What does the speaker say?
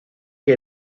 que